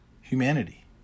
humanity